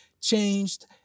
changed